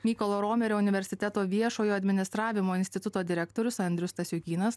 mykolo romerio universiteto viešojo administravimo instituto direktorius andrius stasiukynas